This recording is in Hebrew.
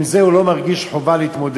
עם זה הוא לא מרגיש חובה להתמודד.